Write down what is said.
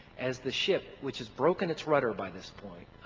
as the ship which has broken its rudder by this point,